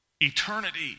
eternity